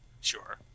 sure